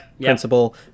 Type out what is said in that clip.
principle